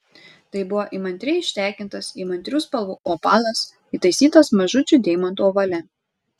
tai buvo įmantriai ištekintas įmantrių spalvų opalas įtaisytas mažučių deimantų ovale